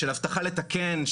של הבטחה לתקן,